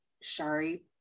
Shari